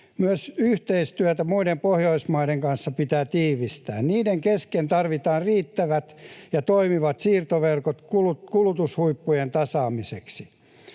Myös yhteistyötä muiden Pohjoismaiden kanssa pitää tiivistää. Niiden kesken tarvitaan riittävät ja toimivat siirtoverkot kulutushuippujen tasaamiseksi.